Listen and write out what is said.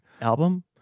album